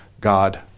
God